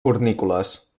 fornícules